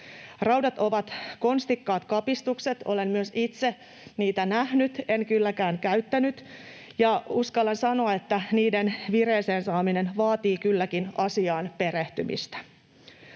Raudat ovat konstikkaat kapistukset. Olen myös itse niitä nähnyt, en kylläkään käyttänyt, ja uskallan sanoa, että niiden vireeseen saaminen vaatii kylläkin asiaan perehtymistä.